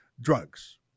drugs